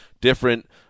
different